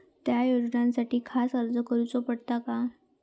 त्या योजनासाठी खास अर्ज करूचो पडता काय?